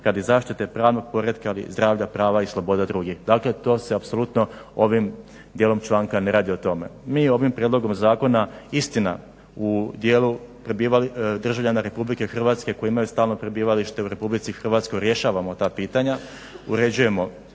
radi zaštite pravnog poretka ili zdravlja prava i sloboda drugih. Dakle to se apsolutno ovim dijelom članka ne radi o tome. Mi ovim prijedlogom zakona istina u dijelu državljana RH koji imaju stalno prebivalište u RH rješavamo ta pitanja, uređujemo